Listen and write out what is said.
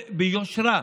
ביושרה,